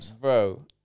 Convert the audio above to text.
bro